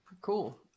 Cool